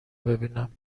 ببینم